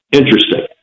interesting